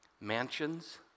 mansions